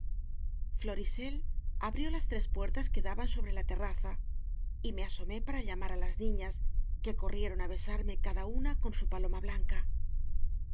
palacio florisel abrió las tres puertas que daban sobre la terraza y me asomé para llamar á las niñas que co rrieron á besarme cada una con su paloma blanca